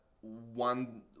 One